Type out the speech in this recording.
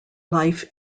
life